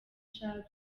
tchad